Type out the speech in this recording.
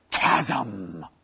chasm